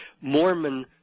Mormon